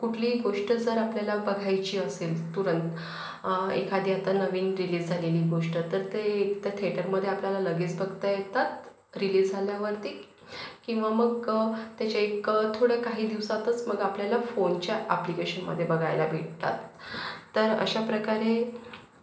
कुठलीही गोष्ट जर आपल्याला बघायची असेल तुरंत एखादी आता नवीन रिलीज झालेली गोष्ट तर ते एकतर थेटरमध्ये आपल्याला लगेच बघता येतात रिलीज झाल्यावरती किंवा मग त्याच्या एक थोडं काही दिवसांतच मग आपल्याला फोनच्या अप्लिकेशनमध्ये बघायला भेटतात तर अशाप्रकारे